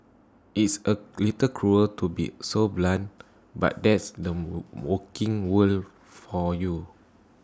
it's A little cruel to be so blunt but that's the working world for you